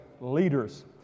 leaders